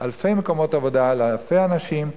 אלפי מקומות עבודה לאלפי אנשים,